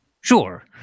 Sure